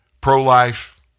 Pro-life